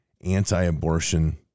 anti-abortion